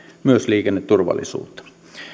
myös liikenneturvallisuutta